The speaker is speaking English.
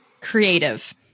Creative